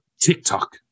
TikTok